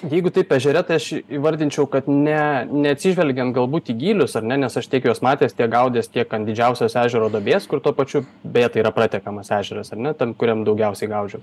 jeigu taip ežere tai aš įvardinčiau kad ne neatsižvelgiant galbūt į gylius ar ne nes aš tiek juos matęs tiek gaudęs tiek ant didžiausios ežero duobės kur tuo pačiu beje tai yra pratekamas ežeras ar ne tam kuriam daugiausiai gaudžiau